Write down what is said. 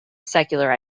secular